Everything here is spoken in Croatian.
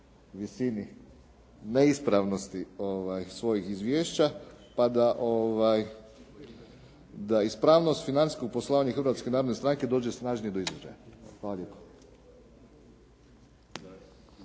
visini neispravnosti svojih izvješća pa da ispravnost financijskog poslovanja i Hrvatske narodne stranke dođe snažnije do izražaja. Hvala lijepo.